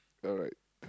alright